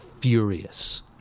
furious